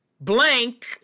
blank